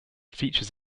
features